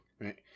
right